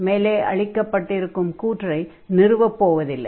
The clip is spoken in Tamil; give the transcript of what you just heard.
மேலே அளிக்கப்பட்டிருக்கும் கூற்றை நிறுவப் போவதில்லை